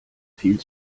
viel